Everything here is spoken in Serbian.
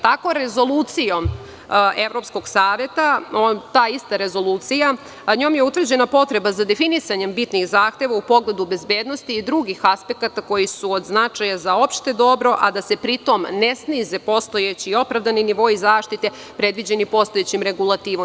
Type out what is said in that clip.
Tako Rezolucijom Evropskog saveta je utvrđena potreba za definisanjem bitnih zahteva u pogledu bezbednosti i drugih aspekata koji su od značaja za opšte dobro, a da se pri tom ne snize postojeći i opravdani nivoi zaštite predviđeni postojećom regulativom.